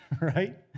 right